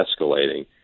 escalating